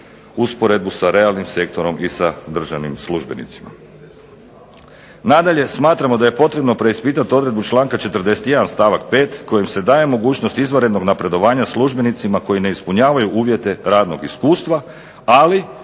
usporedbu sa realnim sektorom i sa državnim službenicima. Nadalje, smatramo da je potrebno preispitat odredbu članka 41. stavak 5. kojim se daje mogućnost izvanrednog napredovanja službenicima koji ne ispunjavaju uvjete radnog iskustva, ali